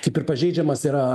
kaip ir pažeidžiamas yra